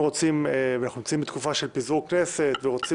אנחנו נמצאים בתקופה של פיזור הכנסת ואם רוצים